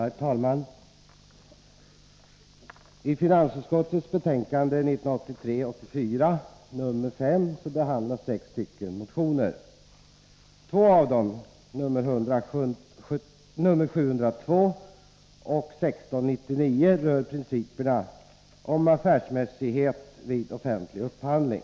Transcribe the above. Herr talman! I finansutskottets betänkande 1983/84:5 behandlas sex motioner. Två av dem, 702 och 1699, rör principerna om affärsmässighet vid offentlig upphandling.